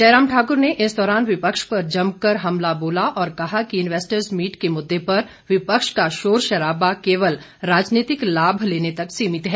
जयराम ठाकुर ने इस दौरान विपक्ष पर जमकर हमला बोला और कहा कि इन्वेस्टर्स मीट के मुद्दे पर विपक्ष का शोर शराबा केवल राजनीतिक लाभ लेने तक सीमित है